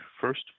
first